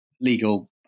legal